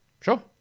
sure